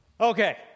Okay